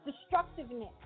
destructiveness